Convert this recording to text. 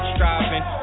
Striving